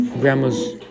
grandma's